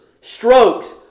strokes